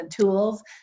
tools